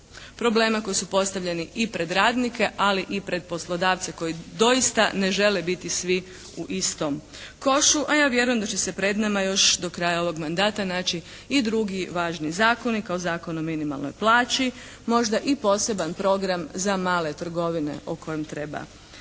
problema koji su postavljeni i pred radnike ali i pred poslodavce koji doista ne žele biti svi u istom košu a ja vjerujem da će se pred nama još do kraja ovog mandata naći i drugi važni zakoni kao Zakon o minimalnoj plaći, možda i poseban program za male trgovine o kojem treba